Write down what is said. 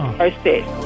process